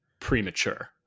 premature